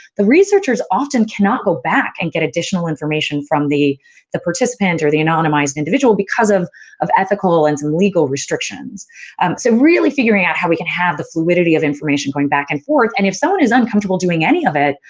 the researchers often cannot go back and get additional information from the the participant or the anonymized individual because of of ethical and some legal restrictions. um so really figuring out how we can have the fluidity of information going back and forth, and if someone is uncomfortable doing any of it,